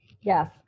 Yes